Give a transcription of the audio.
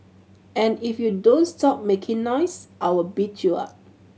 if you don't stop making noise I will beat you up